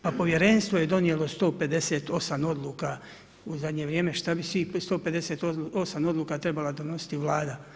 Pa povjerenstvo je donijelo 158 odluka u zadnje vrijeme, šta bi svih 158 odluka trebala donositi Vlada?